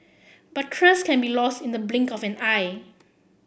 but trust can be lost in the blink of an eye